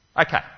Okay